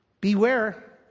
Beware